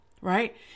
right